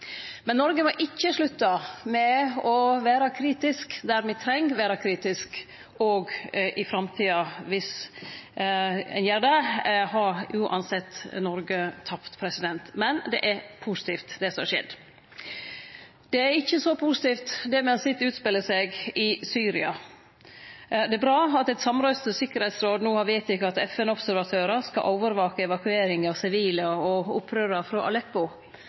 Men Noreg må ikkje slutte med å vere kritisk der me treng vera kritiske, òg i framtida. Viss ein gjer det, har Noreg uansett tapt. Men det er positivt, det som er skjedd. Det er ikkje så positivt det me har sett finne stad i Syria. Det er bra at eit samrøystes tryggleiksråd no har vedteke at FN-observatørar skal overvake evakueringa av sivile og opprørarar frå Aleppo,